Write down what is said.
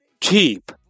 cheap